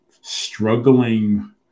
Struggling